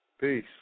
Peace